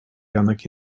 janek